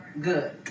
good